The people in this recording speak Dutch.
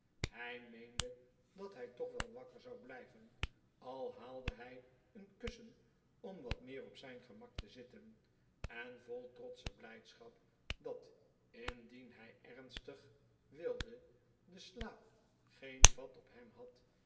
hij meende dat hij toch wel wakker zou blijven al haalde hij een kussen om wat meer op zijn gemak te zitten en vol trotsche blijdschap dat indien hij ernstig wilde de slaap geen vat op hem had